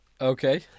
Okay